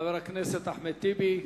חבר הכנסת אחמד טיבי.